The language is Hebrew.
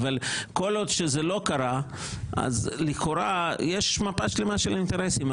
אבל כל עוד שזה לא קרה אז לכאורה יש מפה שלמה של אינטרסים.